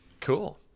cool